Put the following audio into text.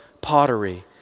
pottery